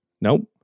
Nope